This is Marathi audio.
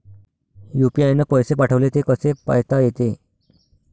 यू.पी.आय न पैसे पाठवले, ते कसे पायता येते?